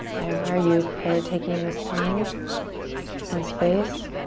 i admire you for taking this time and space